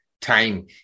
time